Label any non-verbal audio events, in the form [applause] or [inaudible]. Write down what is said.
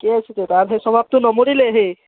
[unintelligible]